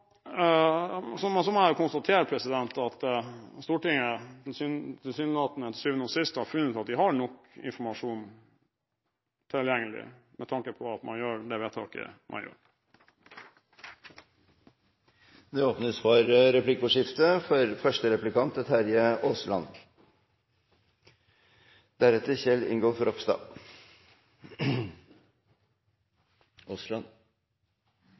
Stortinget. Så må jeg konstatere at Stortinget tilsynelatende til syvende og sist har funnet ut at de har nok informasjon tilgjengelig, med tanke på at man gjør det vedtaket man gjør. Det åpnes for replikkordskifte. Vi kan i media lese at olje- og energiministeren er